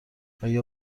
آیا